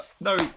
No